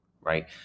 right